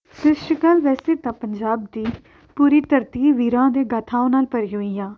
ਸਤਿ ਸ਼੍ਰੀ ਅਕਾਲ ਵੈਸੇ ਤਾਂ ਪੰਜਾਬ ਦੀ ਪੂਰੀ ਧਰਤੀ ਵੀਰਾਂ ਦੇ ਗਥਾਵਾਂ ਨਾਲ ਭਰੀ ਹੋਈ ਹਾਂ